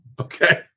Okay